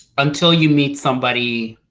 until you meet somebody